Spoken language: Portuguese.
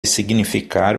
significar